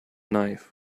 knife